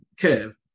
curve